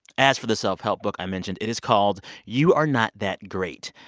as for the self-help book i mentioned, it is called you are not that great.